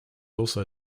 also